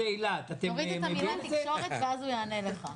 תוריד את המילה תקשורת ואז הוא יענה לך.